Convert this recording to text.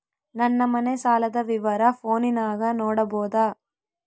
ನನ್ನ ಮನೆ ಸಾಲದ ವಿವರ ಫೋನಿನಾಗ ನೋಡಬೊದ?